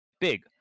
big